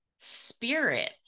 spirit